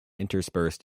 interspersed